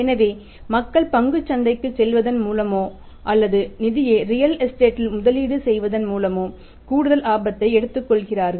எனவே மக்கள் பங்குச் சந்தைக்குச் செல்வதன் மூலமோ அல்லது நிதியை ரியல் எஸ்டேட்டில் முதலீடு செய்வதன் மூலமோ கூடுதல் ஆபத்தை எடுத்துக் கொள்கிறார்கள்